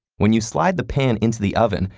when you slide the pan into the oven,